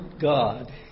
God